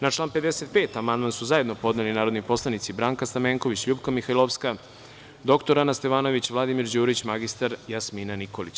Na član 55. amandman su zajedno podneli narodni poslanici Branka Stamenković, LJupka Mihajlovska, dr Ana Stevanović, Vladimir Đurić i mr Jasmina Nikolić.